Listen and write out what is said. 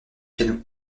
piano